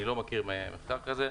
אני לא מכיר מחקר כזה,